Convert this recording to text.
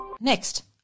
Next